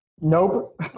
Nope